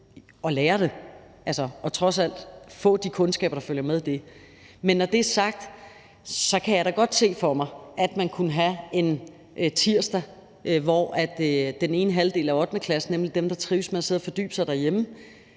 at lære det, altså trods alt få de kundskaber, der følger med det. Men når det er sagt, kan jeg da godt se for mig, at man kunne have en tirsdag, hvor den ene halvdel af 8.-klassen, nemlig dem, der trives med at sidde og fordybe sig derhjemme,